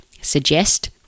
suggest